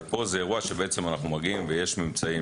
אבל פה זה אירוע שאנחנו מגיעים ויש ממצאים.